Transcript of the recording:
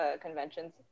conventions